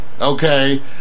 okay